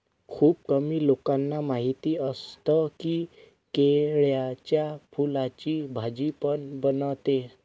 खुप कमी लोकांना माहिती असतं की, केळ्याच्या फुलाची भाजी पण बनते